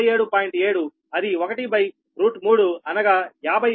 7అది 13అనగా 58